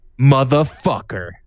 Motherfucker